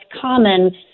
common